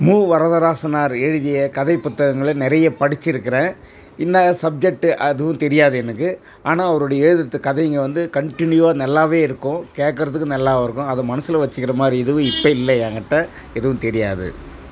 மு வரதராசனார் எழுதிய கதை புத்தங்களை நிறைய படிச்சுருக்குறேன் என்னா சப்ஜெக்ட்டு அதுவும் தெரியாது எனக்கு ஆனால் அவருடைய எழுதுகிற கதையிங்கள் வந்து கண்ட்டினியூவாக நல்லாவே இருக்கும் கேட்கறத்துக்கு நல்லாவும் இருக்கும் அதை மனசில் வச்சுக்கிற மாதிரி எதுவும் இப்போ இல்லை என் கிட்டே எதுவும் தெரியாது